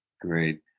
Great